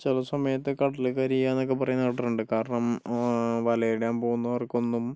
ചില സമയത്ത് കടൽ കരയുക എന്നൊക്കെ പറയുന്ന കേട്ടിട്ടുണ്ട് കാരണം വലയിടാൻ പോകുന്നവർക്കൊന്നും